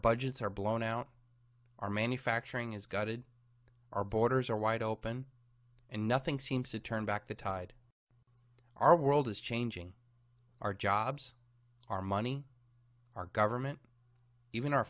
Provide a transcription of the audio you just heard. budgets are blown out our manufacturing is gutted our borders are wide open and nothing seems to turn back the tide our world is changing our jobs our money our government even our